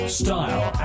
style